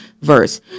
verse